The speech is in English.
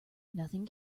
nothing